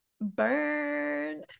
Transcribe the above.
burn